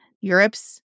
Europe's